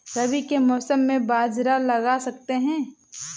रवि के मौसम में बाजरा लगा सकते हैं?